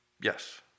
Yes